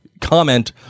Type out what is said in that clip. comment